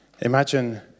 Imagine